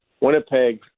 Winnipeg